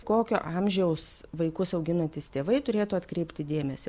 kokio amžiaus vaikus auginantys tėvai turėtų atkreipti dėmesį